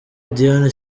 diane